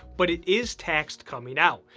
but it is taxed coming out.